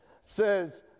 says